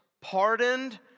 pardoned